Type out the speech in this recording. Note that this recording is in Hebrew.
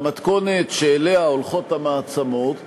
במתכונת שאליה המעצמות הולכות,